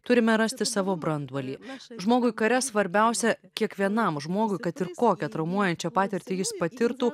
turime rasti savo branduolį žmogui kare svarbiausia kiekvienam žmogui kad ir kokią traumuojančią patirtį jis patirtų